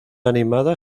animada